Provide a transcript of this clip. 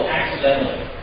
accidentally